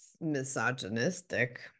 misogynistic